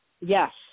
Yes